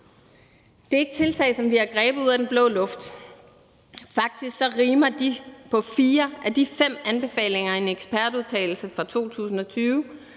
Det er ikke tiltag, som vi har grebet ud af den blå luft. Faktisk rimer de på fire af de fem anbefalinger fra en ekspertudtalelse fra 2020,